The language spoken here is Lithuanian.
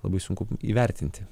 labai sunku įvertinti